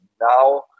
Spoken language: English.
now